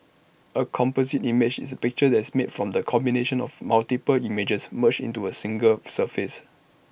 A composite image is A picture that's made from the combination of multiple images merged into A single surface